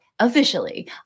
officially